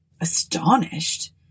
astonished